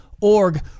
org